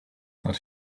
that